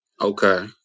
Okay